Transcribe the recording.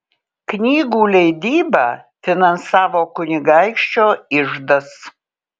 knygų leidybą finansavo kunigaikščio iždas